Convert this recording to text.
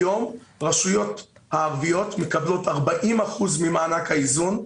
היום רשויות ערביות מקבלות 40 אחוזים ממענק האיזון,